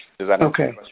Okay